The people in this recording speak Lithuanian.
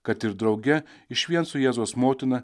kad ir drauge išvien su jėzaus motina